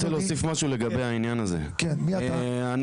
אני